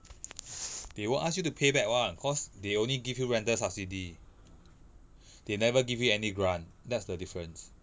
they won't ask you to pay back [one] cause they only give you rental subsidy they never give you any grant that's the difference